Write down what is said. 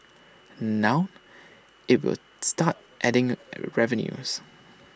now IT will start adding revenues